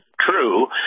true